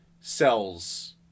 cells